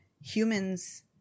humans